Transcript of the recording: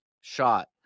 shot